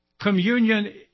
Communion